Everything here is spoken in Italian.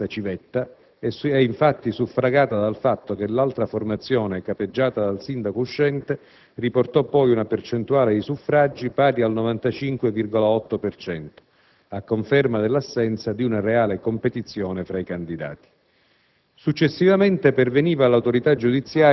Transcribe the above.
L'ipotesi che si trattasse di una cosiddetta lista civetta è suffragata dal fatto che l'altra formazione, capeggiata dal Sindaco uscente, riportò poi una percentuale di suffragi pari al 95,8 per cento, a conferma dell'assenza di una reale competizione fra i candidati.